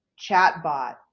chatbot